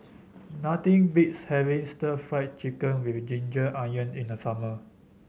nothing beats having Stir Fried Chicken with Ginger Onions in the summer